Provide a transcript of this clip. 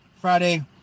friday